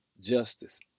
justice